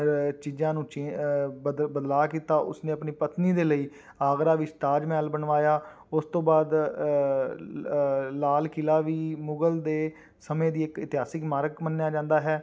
ਚੀਜ਼ਾਂ ਨੂੰ ਚੇ ਬਦ ਬਦਲਾਅ ਕੀਤਾ ਉਸਨੇ ਆਪਣੀ ਪਤਨੀ ਦੇ ਲਈ ਆਗਰਾ ਵਿੱਚ ਤਾਜ ਮਹਿਲ ਬਣਵਾਇਆ ਉਸ ਤੋਂ ਬਾਅਦ ਲਾਲ ਕਿਲ੍ਹਾ ਵੀ ਮੁਗਲ ਦੇ ਸਮੇਂ ਦੀ ਇੱਕ ਇਤਿਹਾਸਿਕ ਸਮਾਰਕ ਮੰਨਿਆ ਜਾਂਦਾ ਹੈ